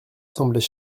semblait